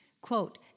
Quote